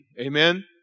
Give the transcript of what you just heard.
Amen